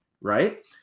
right